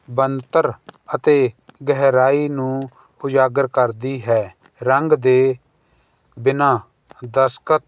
ਬਣਤਰ ਅਤੇ ਗਹਿਰਾਈ ਨੂੰ ਉਜਾਗਰ ਕਰਦੀ ਹੈ ਰੰਗ ਦੇ ਬਿਨ੍ਹਾਂ ਦਸਕਤ